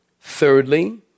Thirdly